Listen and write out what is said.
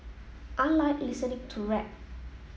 I like listening to rap